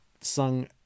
sung